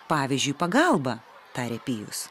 pavyzdžiui pagalba tarė pijus